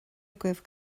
agaibh